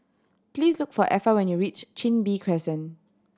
please look for Effa when you reach Chin Bee Crescent